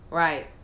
right